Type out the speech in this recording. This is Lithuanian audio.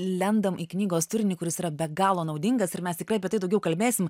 lendam į knygos turinį kuris yra be galo naudingas ir mes tikrai apie tai daugiau kalbėsim